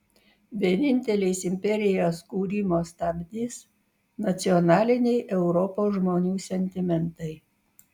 vienintelis imperijos kūrimo stabdis nacionaliniai europos žmonių sentimentai